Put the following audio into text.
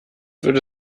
würde